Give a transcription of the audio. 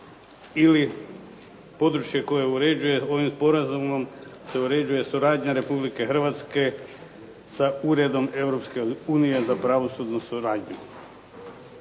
ili područje koje uređuje ovim sporazumom se uređuje suradnja Republike Hrvatske sa Uredom Europske unije za pravosudnu suradnju.